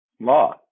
law